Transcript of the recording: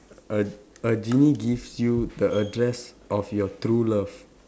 a a genie gives you the address of your true love